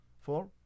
four